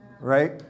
Right